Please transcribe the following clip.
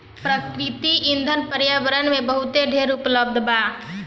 प्राकृतिक ईंधन पर्यावरण में बहुत ढेर उपलब्ध बा